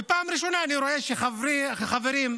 ופעם ראשונה אני רואה שחברים מגיעים